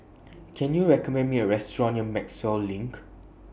Can YOU recommend Me A Restaurant near Maxwell LINK